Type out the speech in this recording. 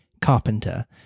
carpenter